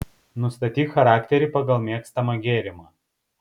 nustatyk charakterį pagal mėgstamą gėrimą